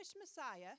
Messiah